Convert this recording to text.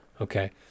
okay